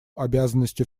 обязанностью